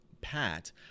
Pat